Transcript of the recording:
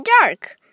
dark